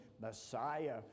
Messiah